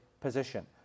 Position